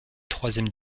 troisième